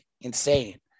insane